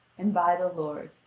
and by the lord,